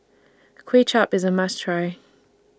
Kway Chap IS A must Try